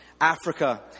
Africa